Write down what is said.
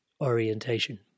orientation